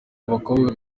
abakobwa